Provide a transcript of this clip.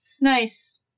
Nice